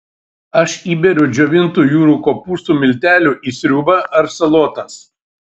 aš įberiu džiovintų jūrų kopūstų miltelių į sriubą ar salotas